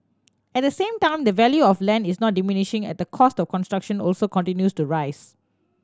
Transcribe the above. at the same time the value of land is not diminishing and the cost of construction also continues to rise